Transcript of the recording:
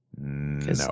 No